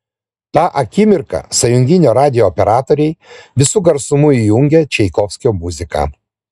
tą akimirką sąjunginio radijo operatoriai visu garsumu įjungė čaikovskio muziką